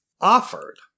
offered